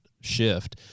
shift